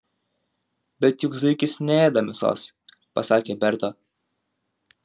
bet juk zuikis neėda mėsos pasakė berta